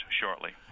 shortly